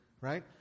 right